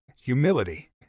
Humility